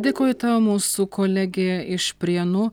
dėkoju tau mūsų kolegė iš prienų